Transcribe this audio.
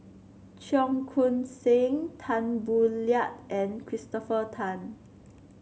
Cheong Koon Seng Tan Boo Liat and Christopher Tan